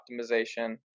optimization